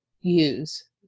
use